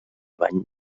bany